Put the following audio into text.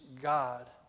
God